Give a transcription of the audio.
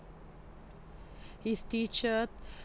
his teacher